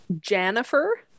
Jennifer